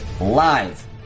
live